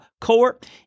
court